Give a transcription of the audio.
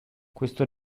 questo